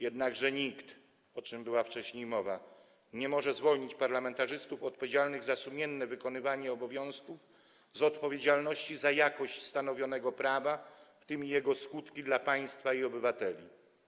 Jednakże nikt, o czym była wcześniej mowa, nie może zwolnić parlamentarzystów odpowiedzialnych za sumienne wykonywanie obowiązków z odpowiedzialności za jakość stanowionego prawa, w tym jego skutki dla państwa i obywateli.